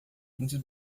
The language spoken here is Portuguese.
muitos